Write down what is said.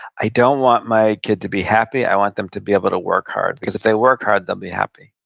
i don't want my kid to be happy. i want them to be able to work hard, because if they work hard, they'll be happy.